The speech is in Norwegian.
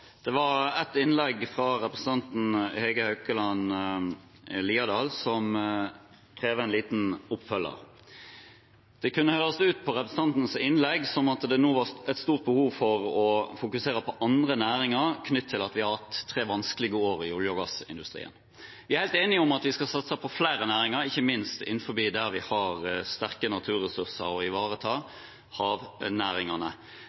Det var et innlegg fra representanten Hege Haukeland Liadal som krever en liten oppfølging. Det kunne høres ut av representantens innlegg som om det nå var stort behov for å fokusere på andre næringer knyttet til at vi har hatt tre vanskelige år i olje- og gassindustrien. Vi er helt enige om at vi skal satse på flere næringer, ikke minst innenfor området vi har sterke naturressurser å